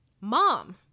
mom